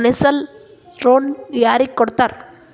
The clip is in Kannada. ಕನ್ಸೆಸ್ನಲ್ ಲೊನ್ ಯಾರಿಗ್ ಕೊಡ್ತಾರ?